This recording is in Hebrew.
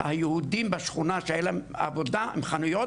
היהודים בשכונה שהיה להם עבודה עם חנויות,